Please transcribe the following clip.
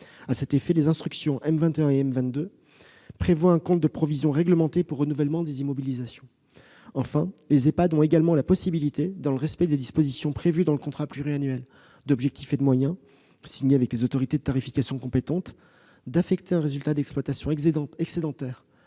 À cet effet, les instructions M21 et M22 prévoient un compte de provision réglementée pour renouvellement des immobilisations. Enfin, les Ehpad ont également la possibilité, dans le respect des dispositions prévues dans le contrat pluriannuel d'objectifs et de moyens signé avec les autorités de tarification compétentes, d'affecter un résultat d'exploitation excédentaire